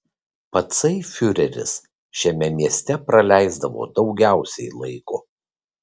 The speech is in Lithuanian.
patsai fiureris šiame mieste praleisdavo daugiausiai laiko